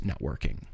networking